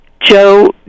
Joe